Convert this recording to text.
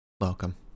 Welcome